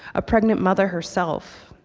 a pregnant mother herself,